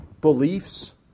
beliefs